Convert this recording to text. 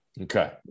Okay